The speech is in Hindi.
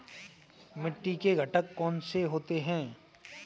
मिट्टी के घटक कौन से होते हैं?